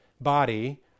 body